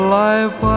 life